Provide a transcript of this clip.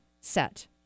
set